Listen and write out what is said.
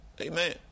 Amen